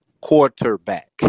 quarterback